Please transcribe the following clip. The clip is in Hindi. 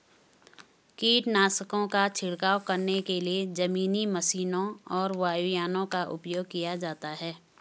कीटनाशकों का छिड़काव करने के लिए जमीनी मशीनों और वायुयानों का उपयोग किया जाता है